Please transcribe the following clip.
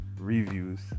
reviews